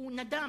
הוא נדם,